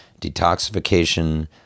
detoxification